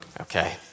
Okay